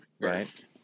Right